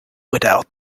without